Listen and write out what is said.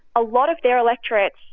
a lot of their electorates,